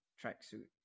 tracksuit